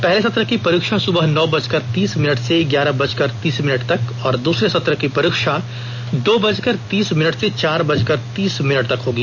पहले सत्र की परीक्षा सुबह नौ बजकर तीस मिनट से ग्यारह बजकर तीस मिनट तक और दूसरे सत्र की परीक्षा दो बजकर तीस मिनट से चार बजकर तीस मिनट तक होगी